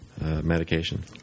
medication